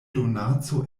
donaco